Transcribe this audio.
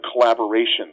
collaboration